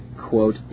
quote